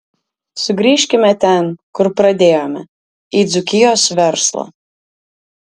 sugrįžkime ten kur pradėjome į dzūkijos verslą